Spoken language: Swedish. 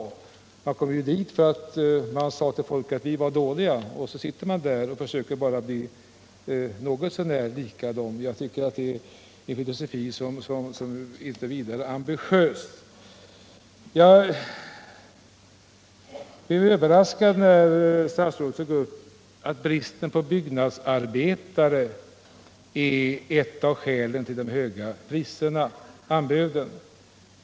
Ni kom ju i regeringsställning för att ni sade till folk att vi var dåliga. Och nu sitter ni där och försöker bara bli något så när lika oss! Det är inte några särskilt ambitiösa planer. s Jag blev överraskad över att statsrådet tog upp bristen på byggnadsarbetare som ett av skälen till de höga priserna och anbuden.